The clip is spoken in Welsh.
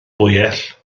fwyell